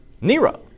Nero